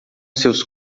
seus